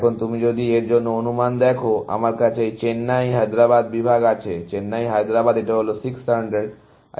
এখন তুমি যদি এই জন্য অনুমান দেখো আমার কাছে এই চেন্নাই হায়দ্রাবাদ বিভাগ আছে চেন্নাই হায়দ্রাবাদ এটা হলো 600 এবং এটা হলো 600